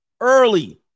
early